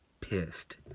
pissed